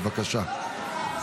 בבקשה.